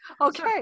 Okay